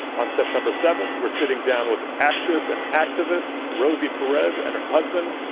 on september seven, we're sitting down with actress and activist rosie perez and her husband,